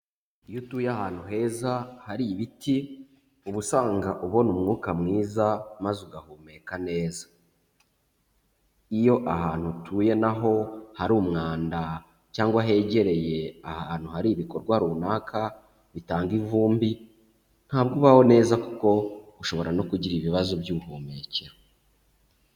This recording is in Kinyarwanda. Iyo utuye ahantu heza hari ibiti, uba usanga ubona umwuka mwiza, maze ugahumeka neza. Iyo ahantu utuye naho hari umwanda, cyangwa hegereye ahantu hari ibikorwa runaka bitanga ivumbi, ntabwo ubaho neza, kuko ushobora no kugira ibibazo by'ubuhumekero.